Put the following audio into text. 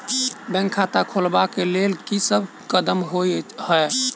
Bank खाता खोलबाबै केँ लेल की सब कदम होइ हय?